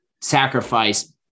sacrifice